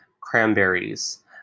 cranberries